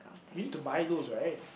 you need to buy those right